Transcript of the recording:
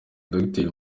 dogiteri